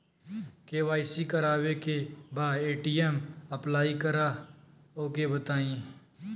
KYC करावे के बा ए.टी.एम अप्लाई करा ओके बताई?